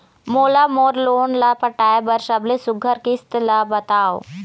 मोला मोर लोन ला पटाए बर सबले सुघ्घर किस्त ला बताव?